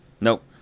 Nope